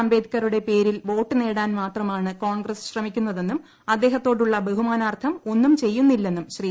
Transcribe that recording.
അംബേദ്കറുടെ പേരിൽ വോട്ട് നേടാൻ മാത്രമാണ് കോൺഗ്രസ് ശ്രമിക്കുന്നതെന്നും അദ്ദേഹത്തോടുള്ള ബഹുമാനാർത്ഥം ഒന്നും ചെയ്യുന്നില്ലെന്നും ശ്രീ